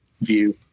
view